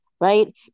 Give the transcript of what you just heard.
right